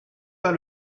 pas